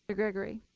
ah gregory?